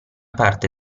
parte